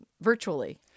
virtually